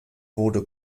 wurde